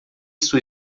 sua